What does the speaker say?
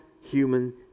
human